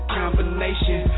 combination